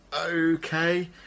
okay